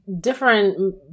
different